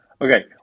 Okay